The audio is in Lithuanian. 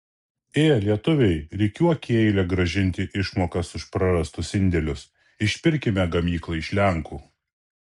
ė lietuviai rikiuok į eilę grąžinti išmokas už prarastus indėlius išpirkime gamyklą iš lenkų